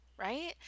right